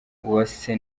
uwase